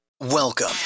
Welcome